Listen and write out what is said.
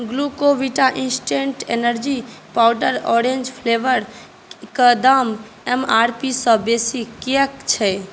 Glucovita instant energy powder orange flavour के दाम M R P सँ बेसी किएक छै